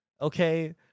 Okay